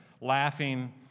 laughing